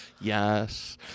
Yes